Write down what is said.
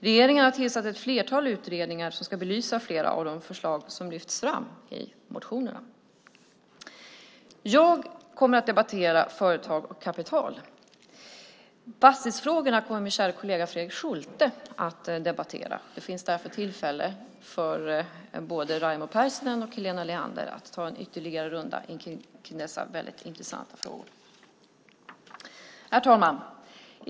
Regeringen har tillsatt ett flertal utredningar som ska belysa flera av de förslag som lyfts fram i motionerna. Jag kommer att debattera företag och kapital. Fastighetsfrågorna kommer min käre kollega Fredrik Schulte att debattera. Det finns därför tillfälle för både Raimo Pärssinen och Helena Leander att ta en ytterligare runda om dessa väldigt intressanta frågor. Herr talman!